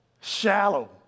Shallow